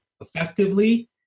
effectively